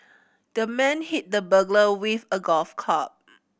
the man hit the burglar with a golf club